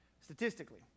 Statistically